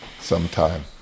Sometime